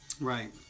Right